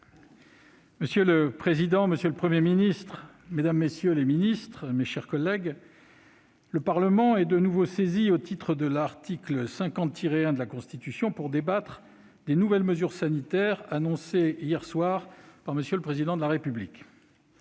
Monsieur le président, monsieur le Premier ministre, mesdames, messieurs les ministres, mes chers collègues, le Parlement est de nouveau saisi au titre de l'article 50-1 de la Constitution pour débattre des nouvelles mesures sanitaires annoncées hier soir par M. le Président de la République.